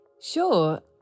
Sure